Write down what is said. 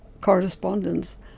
correspondence